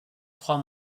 trois